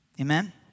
Amen